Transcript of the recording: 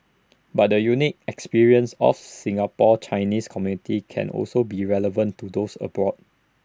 but the unique experience of Singapore's Chinese community can also be relevant to those abroad